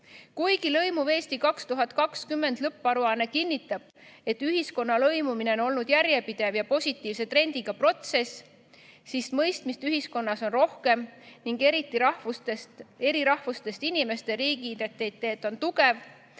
Kuigi "Lõimuv Eesti 2020" lõpparuanne kinnitab, et ühiskonna lõimumine on olnud järjepidev ja positiivse trendiga protsess, mõistmist ühiskonnas on rohkem ning eri rahvusest inimeste riigiidentiteet on tugev,